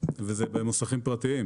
והן במוסכים פרטיים.